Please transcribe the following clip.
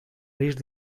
risc